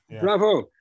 bravo